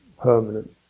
permanent